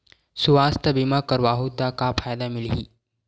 सुवास्थ बीमा करवाहू त का फ़ायदा मिलही?